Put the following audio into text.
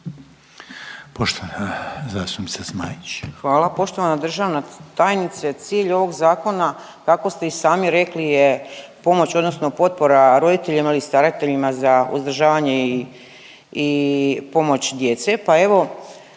**Zmaić, Ankica (HDZ)** Hvala. Poštovana državna tajnice cilj ovog zakona kako ste i sami rekli je pomoć odnosno potpora roditeljima i starateljima za uzdržavanje i pomoć djece,